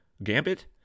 Gambit